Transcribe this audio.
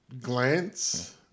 glance